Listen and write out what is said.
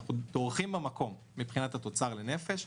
אנחנו דורכים במקום מבחינת התוצר לנפש.